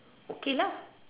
okay lah